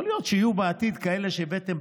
יכול להיות שיהיו בעתיד כאלה שהבאתם,